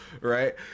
Right